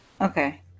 okay